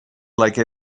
like